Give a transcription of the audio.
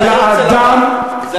נותנים לאדם,